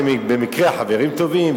שהם במקרה חברים טובים,